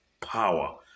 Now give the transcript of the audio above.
power